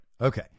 Okay